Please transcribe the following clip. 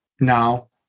now